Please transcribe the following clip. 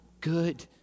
good